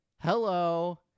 hello